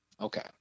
Okay